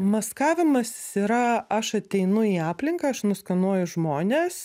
maskavimas yra aš ateinu į aplinką aš nuskenuoju žmones